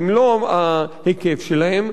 במלוא ההיקף שלהם,